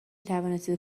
توانستید